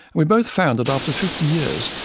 we both found that after fifty years,